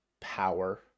power